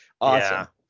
awesome